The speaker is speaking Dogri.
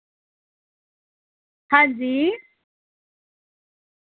हां जी